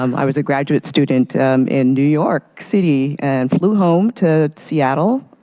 um i was a graduate student in new york city and flew home to seattle.